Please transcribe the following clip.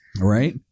Right